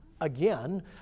again